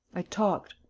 i talked.